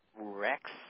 Rex